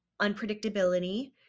unpredictability